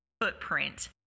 footprint